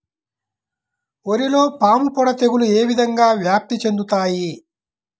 వరిలో పాముపొడ తెగులు ఏ విధంగా వ్యాప్తి చెందుతాయి?